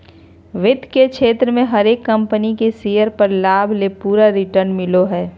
वित्त के क्षेत्र मे हरेक कम्पनी के शेयर पर लाभ ले पूरा रिटर्न मिलो हय